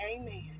amen